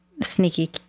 sneaky